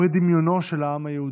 פרי דמיונו של העם היהודי.